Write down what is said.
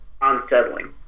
unsettling